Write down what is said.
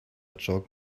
chalk